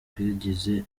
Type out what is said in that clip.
twagize